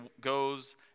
goes